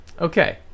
Okay